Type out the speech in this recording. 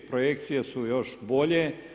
Projekcije su još bolje.